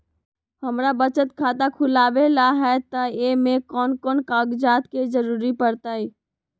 हमरा बचत खाता खुलावेला है त ए में कौन कौन कागजात के जरूरी परतई?